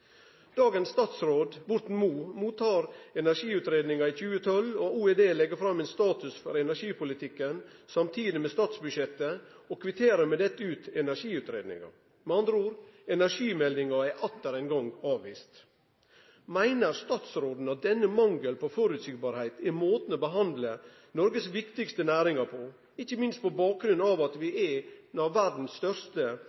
Dagens statsråd, Borten Moe, mottek energiutgreiinga i 2012, og OED legg fram status for energipolitikken, samtidig med statsbudsjettet, og kvitterer med dette ut energiutgreiinga. Med andre ord: Energimeldinga er atter ein gong avvist. Meiner statsråden at denne mangelen på føreseielegheit er måten å behandle Noregs viktigaste næringar på, ikkje minst på bakgrunn av at vi